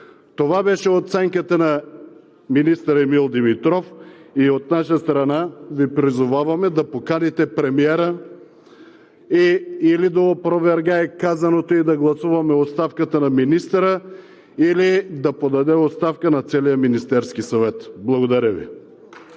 Това беше оценката на министър Емил Димитров и от наша страна Ви призоваваме да поканите премиера и или да опровергае казаното и да гласуваме оставката на министъра, или да подаде оставка на целия Министерски съвет. Благодаря Ви.